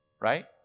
right